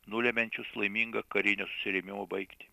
nulemiančius laimingą karinio susirėmimo baigtį